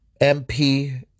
MP